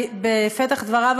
בפתח דבריו,